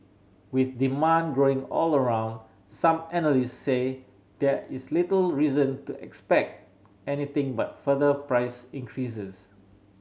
with demand growing all around some analysts say there is little reason to expect anything but further price increases